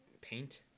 paint